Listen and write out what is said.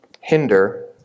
hinder